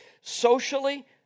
socially